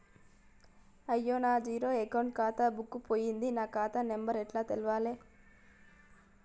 అయ్యా నా zero account ఖాతా బుక్కు పోయింది నా ఖాతా నెంబరు ఎట్ల తెలవాలే?